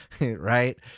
right